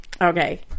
okay